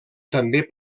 també